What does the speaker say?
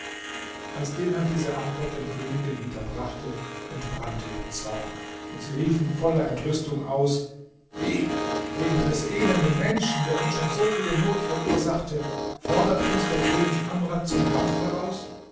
als dilhat diese antwort den königen hinterbrachte entbrannte ihr zorn und sie riefen voller entrüstung aus wie wegen eines elenden menschen der uns schon so viele not verursachte fordert uns der könig amrad zum kampf heraus